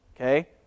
okay